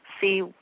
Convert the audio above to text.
See